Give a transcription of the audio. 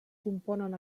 componen